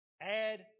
add